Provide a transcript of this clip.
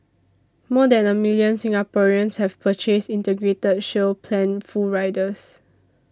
more than a million Singaporeans have purchased Integrated Shield Plan full riders